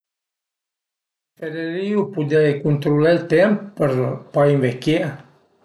Preferirìu pudé cuntrulé ël temp për pa invechié